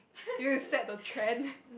you would set the trend